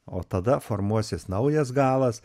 o tada formuosis naujas galas